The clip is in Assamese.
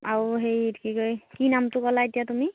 আৰু হেৰি কি কয় কি নামটো ক'লা এতিয়া তুমি